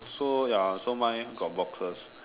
so ya so mine got boxes